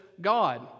God